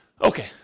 Okay